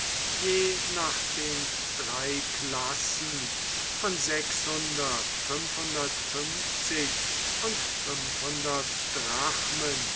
je nach den drei klassen von und drachmen